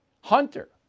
Hunter